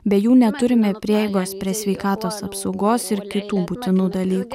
be jų neturime prieigos prie sveikatos apsaugos ir kitų būtinų dalykų